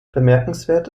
bemerkenswert